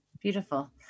Beautiful